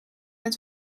het